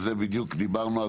על זה בדיוק דיברנו.